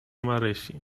marysi